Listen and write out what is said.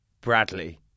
Bradley